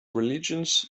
religions